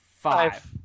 five